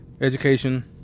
education